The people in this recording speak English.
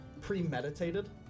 premeditated